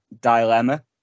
dilemma